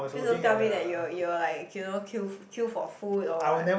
please don't tell me that you will you will like you know queue queue for food or what